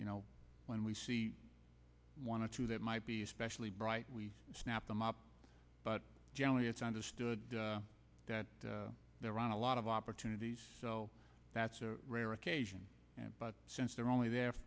you know when we see one or two that might be especially bright we snap them up but generally it's understood that they're on a lot of opportunities so that's a rare occasion but since they're only there